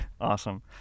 Awesome